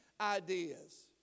ideas